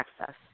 access